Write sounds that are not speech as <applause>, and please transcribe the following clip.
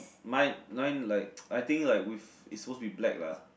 mine mine like <noise> I think like with it's supposed to be black lah